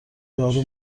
یارو